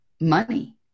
money